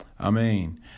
Amen